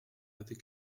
avec